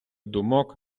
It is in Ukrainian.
думок